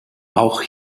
auch